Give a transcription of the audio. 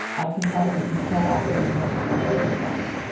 i can probably be proactive in heling myself get better.